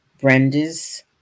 Brenda's